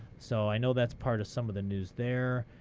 so i know that's part of some of the news there.